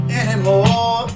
anymore